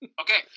Okay